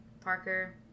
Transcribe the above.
Parker